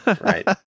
Right